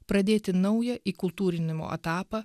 pradėti naują įkultūrinimo etapą